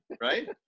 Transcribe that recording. right